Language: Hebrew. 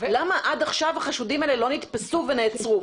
למה עד עכשיו החשודים האלה לא נתפסו ונעצרו?